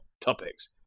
topics